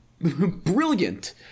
brilliant